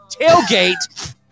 Tailgate